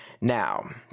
Now